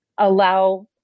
allow